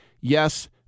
yes